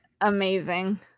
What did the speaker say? Amazing